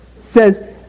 says